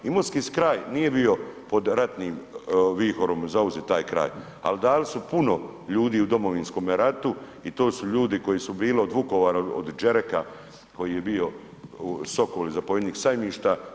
Imotski kraj nije bio pod ratnim vihorom zauzet taj kraj, ali dali su puno ljudi u Domovinskome ratu i to su ljudi koji su bili od Vukovara od Đereka, koji je bio sokol i zapovjednik Sajmišta.